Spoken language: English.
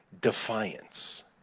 defiance